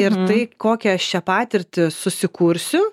ir tai ko šią patirtį susikursiu